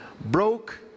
broke